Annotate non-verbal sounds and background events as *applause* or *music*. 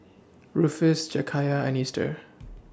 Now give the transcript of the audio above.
Rufus Jakayla and Easter *noise*